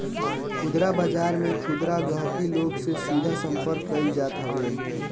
खुदरा बाजार में खुदरा गहकी लोग से सीधा संपर्क कईल जात हवे